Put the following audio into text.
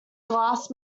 glass